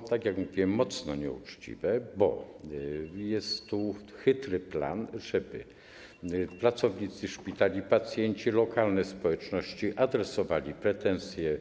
Jest to, tak jak mówiłem, mocno nieuczciwe, bo jest tu chytry plan, żeby pracownicy szpitali, pacjenci, lokalne społeczności adresowali pretensje